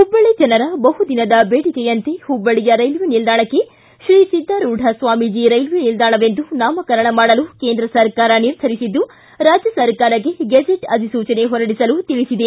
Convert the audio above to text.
ಹುಬ್ಬಳ್ಳಿ ಜನರ ಬಹು ದಿನದ ಬೇಡಿಕೆಯಂತೆ ಹುಬ್ಬಳ್ಳಿಯ ರೇಲ್ವೆ ನಿಲ್ದಾಣಕ್ಕೆ ಶ್ರೀ ಸಿದ್ದಾರೂಢ ಸ್ವಾಮಿಜಿ ರೇಲ್ವೆ ನಿಲ್ದಾಣವೆಂದು ನಾಮಕರಣ ಮಾಡಲು ಕೇಂದ್ರ ಸರ್ಕಾರ ನಿರ್ಧರಿಸಿದ್ದು ರಾಜ್ಯ ಸರ್ಕಾರಕ್ಕೆ ಗೆಜೆಟ್ ಅಧಿಸೂಚನೆ ಹೊರಡಿಸಲು ತಿಳಿಸಿದೆ